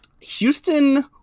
Houston